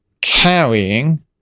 carrying